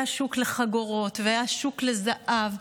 היה שוק לחגורות והיה שוק לזהב.